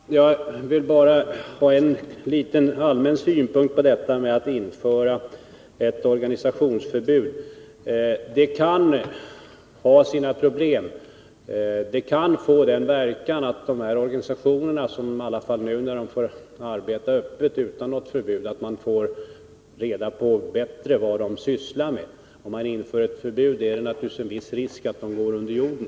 Herr talman! Jag vill bara ge en litet allmän synpunkt på detta med att införa ett organisationsförbud. Det kan ha sina problem. Nu när dessa organisationer får arbeta öppet utan något förbud får man reda på vad de sysslar med. Om man inför förbud är det viss risk att de går under jorden.